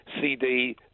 CD